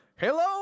Hello